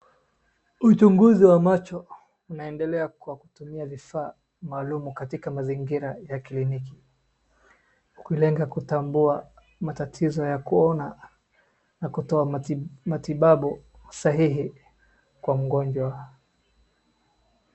Uchunguzi wa macho unaendelea kwa kutumia vifaa maalum katika mazingira ya kliniki, kulenga kutambua matatizo ya kuona na kutoa matibabu sahihi kwa mgonjwa.